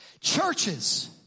churches